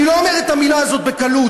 אני לא אומר את המילה הזאת בקלות,